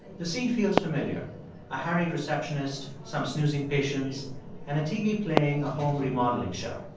the scene feels familiar a harried receptionist, some snoozing patients and a tv playing a home remodeling show.